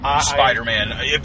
spider-man